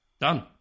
Done